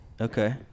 Okay